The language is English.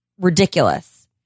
ridiculous